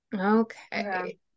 Okay